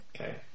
Okay